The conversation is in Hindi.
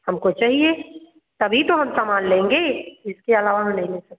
हमको चाहिए तभी तो हम सामान लेंगे इसके अलावा हम नहीं ले सकते